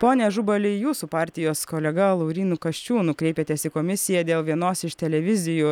pone ažubali jūs su partijos kolega laurynu kasčiūnu kreipėtės į komisiją dėl vienos iš televizijų